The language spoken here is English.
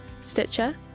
stitcher